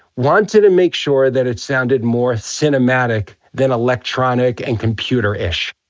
wanted to make sure that it sounded more cinematic than electronic and computerish.